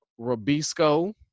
Robisco